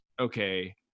okay